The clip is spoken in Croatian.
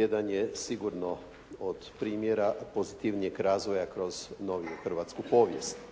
jedan je sigurno od primjera pozitivnijeg razvoja kroz noviju hrvatsku povijest.